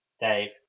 Dave